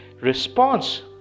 response